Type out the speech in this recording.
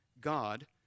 God